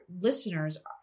listeners